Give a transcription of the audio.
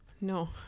No